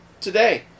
today